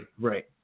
Right